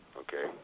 okay